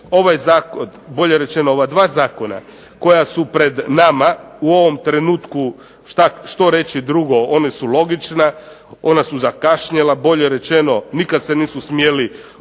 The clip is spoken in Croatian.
ovaj zakon, bolje rečeno ova dva zakona koja su pred nama u ovom trenutku što reći drugo, ona su logična, ona su zakašnjela, bolje rečeno nikad se nisu smjeli pojaviti.